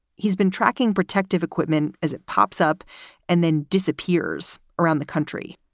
he's been tracking protective equipment as it pops up and then disappears around the country,